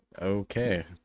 Okay